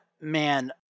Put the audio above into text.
man